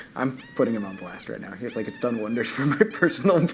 i'm putting him on blast right now. he's like, it's done wonders for my personal